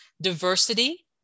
diversity